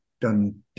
done